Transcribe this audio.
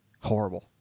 horrible